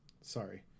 Sorry